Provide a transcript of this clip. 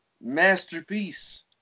masterpiece